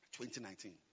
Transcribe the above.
2019